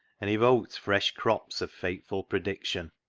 and evoked fresh crops of fateful prediction.